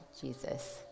Jesus